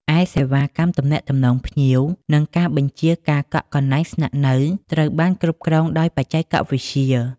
ឯសេវាកម្មទំនាក់ទំនងភ្ញៀវ និងការបញ្ជាការកក់កន្លែងស្នាក់នៅ ត្រូវបានគ្រប់គ្រងដោយបច្ចេកវិទ្យា។